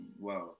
Wow